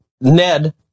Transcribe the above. Ned